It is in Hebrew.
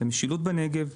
למשילות בנגב,